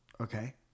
Okay